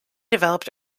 developed